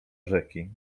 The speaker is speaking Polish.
rzeki